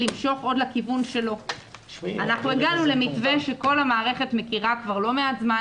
לגבי סעיף 71(א) שמחייב תשלום שהוא בין התשלום המזערי לבין התשלום